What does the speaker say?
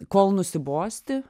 kol nusibosti